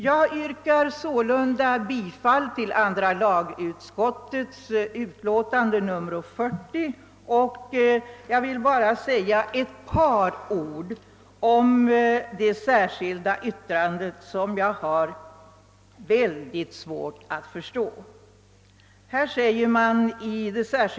Jag yrkar bifall till andra lagutskottets förslag i dess utlåtande nr 40. Jag vill också säga ett par ord om det särskilda yttrande som fogats till detta uttalande och som jag har väldigt svårt att förstå.